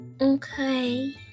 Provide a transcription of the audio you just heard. Okay